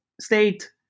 state